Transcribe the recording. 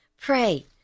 Pray